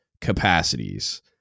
capacities